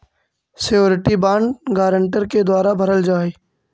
surety bond guarantor के द्वारा भरल जा हइ